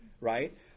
right